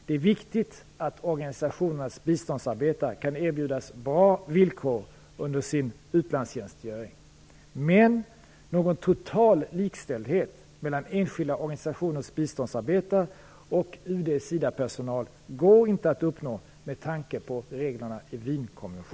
Det är viktigt att organisationernas biståndsarbetare kan erbjudas bra villkor under sin utlandstjänstgöring, men någon total likställdhet mellan enskilda organisationers biståndsarbetare och UD/SIDA personal går inte att uppnå med tanke på reglerna i